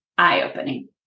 Eye-opening